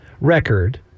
record